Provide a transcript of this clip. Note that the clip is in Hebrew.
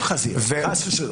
לא חזירי, חס ושלום.